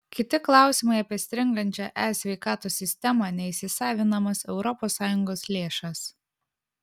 kiti klausimai apie stringančią e sveikatos sistemą neįsisavinamas europos sąjungos lėšas